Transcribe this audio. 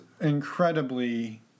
incredibly